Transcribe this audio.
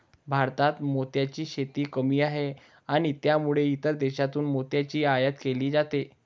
भारतात मोत्यांची शेती कमी आहे आणि त्यामुळे इतर देशांतून मोत्यांची आयात केली जाते